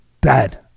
Dad